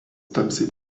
tamsiai